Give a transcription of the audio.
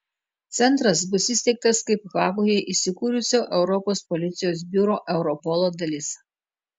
centras bus įsteigtas kaip hagoje įsikūrusio europos policijos biuro europolo dalis